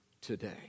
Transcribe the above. today